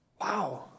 wow